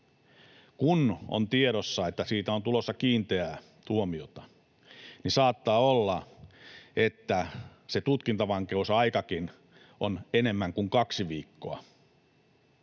Kun on tiedossa, että siitä on tulossa kiinteää tuomiota, saattaa olla, että se tutkintavankeusaikakin on enemmän kuin kaksi viikkoa.